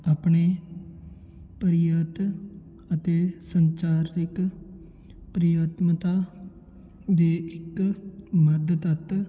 ਆਪਣੇ ਪਰਯਤ ਅਤੇ ਸੰਚਾਰਿਕ ਪਰਿਯਤਮਤਾ ਦੇ ਇੱਕ ਮੱਧ ਤੱਤ